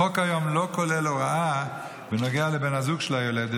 החוק היום לא כולל הוראה בנוגע לבן הזוג של היולדת